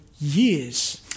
years